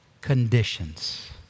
conditions